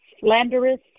slanderous